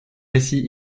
récits